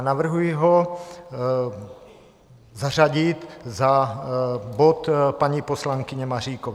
Navrhuji ho zařadit za bod paní poslankyně Maříkové.